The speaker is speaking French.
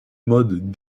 modes